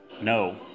No